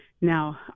now